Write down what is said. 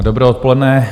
Dobré odpoledne.